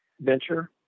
venture